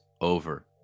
over